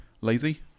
Lazy